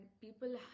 people